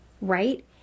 right